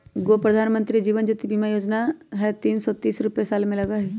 गो प्रधानमंत्री जीवन ज्योति बीमा योजना है तीन सौ तीस रुपए साल में लगहई?